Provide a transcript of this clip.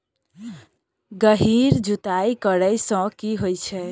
गहिर जुताई करैय सँ की होइ छै?